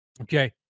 Okay